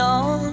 on